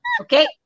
Okay